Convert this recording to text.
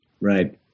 Right